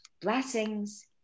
Blessings